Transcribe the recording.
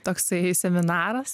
toksai seminaras